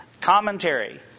Commentary